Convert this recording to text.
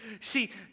See